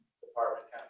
department